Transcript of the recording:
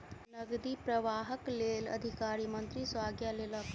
नकदी प्रवाहक लेल अधिकारी मंत्री सॅ आज्ञा लेलक